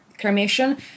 cremation